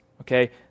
Okay